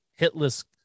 hitless